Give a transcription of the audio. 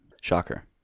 shocker